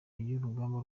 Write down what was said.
y’urugamba